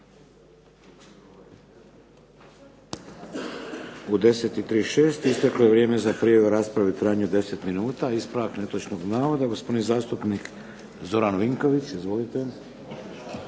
U 10,36 sati isteklo je vrijeme za prijavu rasprave u trajanju od 10 minuta. Ispravak netočnog navoda gospodin zastupnik Zoran Vinković.